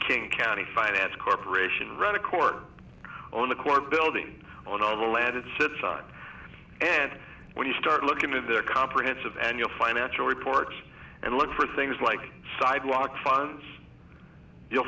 king county finance corporation run a court on the court building on all the land it sits on and when you start looking at their comprehensive annual financial reports and look for things like sidewalk fines you'll